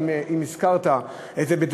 לא שמתי לב אם הזכרת את זה בדבריך,